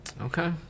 Okay